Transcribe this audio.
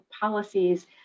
policies